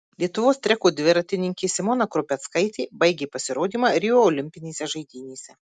lietuvos treko dviratininkė simona krupeckaitė baigė pasirodymą rio olimpinėse žaidynėse